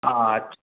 अच्छा